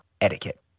etiquette